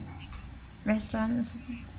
restaurants